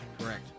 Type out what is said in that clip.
Correct